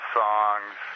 songs